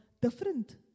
different